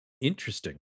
interesting